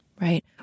right